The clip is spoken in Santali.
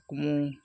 ᱠᱩᱠᱢᱩ